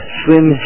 swim